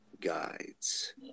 guides